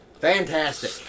Fantastic